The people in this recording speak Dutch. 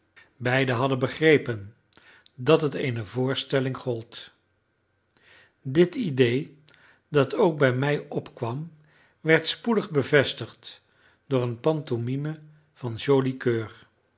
beiden hadden begrepen dat het eene voorstelling gold dit idée dat ook bij mij opkwam werd spoedig bevestigd door eene pantomime van